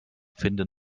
finden